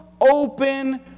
open